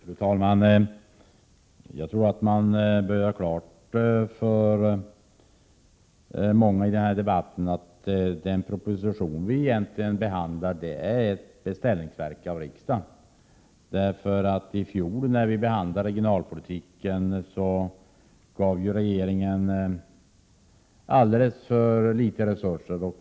Fru talman! Jag tror att man behöver göra klart för många i den här debatten att den proposition vi nu behandlar egentligen är ett beställningsverk av riksdagen. När vi behandlade regionalpolitiken i fjol gav regeringen alldeles för litet resurser.